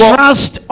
trust